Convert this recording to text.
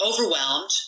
overwhelmed